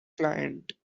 client